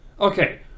Okay